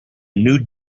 nude